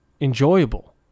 enjoyable